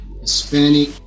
hispanic